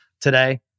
today